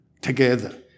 together